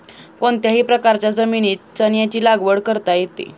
कोणत्याही प्रकारच्या जमिनीत चण्याची लागवड करता येते